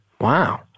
Wow